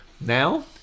Now